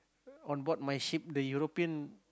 on board my ship the European